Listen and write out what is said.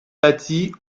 bâtie